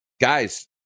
guys